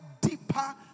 deeper